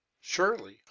Surely